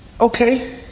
Okay